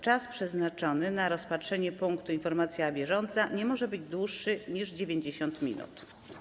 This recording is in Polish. Czas przeznaczony na rozpatrzenie punktu: Informacja bieżąca nie może być dłuższy niż 90 minut.